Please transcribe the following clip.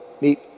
meet